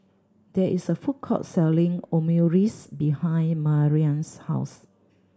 there is a food court selling Omurice behind Marilynn's house